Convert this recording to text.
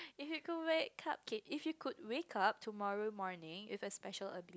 if you could make cupcake if you wake up tomorrow morning with a special abi~